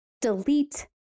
delete